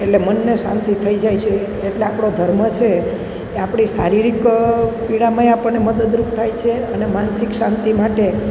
એટલે મનને શાંતિ થઈ જાય છે એટલે આપણો ધર્મ છે એ આપણી શારીરિક પીડામાંય આપણને મદદરૂપ થાય છે અને માનસિક શાંતિ માટે